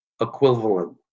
equivalent